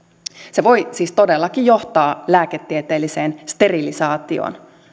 se voi siis todellakin johtaa lääketieteelliseen sterilisaatioon